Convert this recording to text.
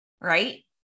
Right